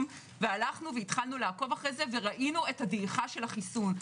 ועקבנו אחרי זה וראינו את דעיכת החיסון.